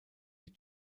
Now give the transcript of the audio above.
die